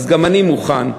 גם אני מוכן,